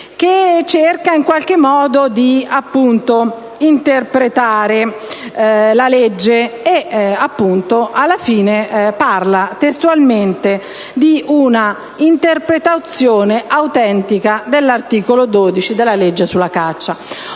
che cerca di interpretare una legge, ed alla fine parla testualmente di un'interpretazione autentica dell'articolo 12 della legge sulla caccia.